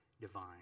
divine